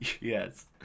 Yes